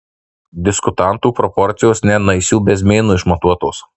diskutantų proporcijos ne naisių bezmėnu išmatuotos